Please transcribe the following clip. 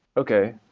okay.